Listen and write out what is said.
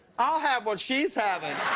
i'll have what she's having